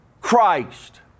Christ